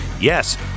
Yes